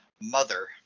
Mother